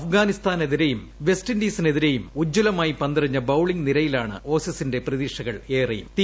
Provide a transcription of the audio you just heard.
അഫ്ഗാനിസ്ഥാനെതിരെയും വെസ്റ്റിന്റീസിനെതിരെയും ഉജ്ജ്വലമായി പന്തെറിഞ്ഞ ബൌളിങ്ങ് നിരയിലാണ് ഓസീസിന്റെ പ്രതീക്ഷകളേറെ യും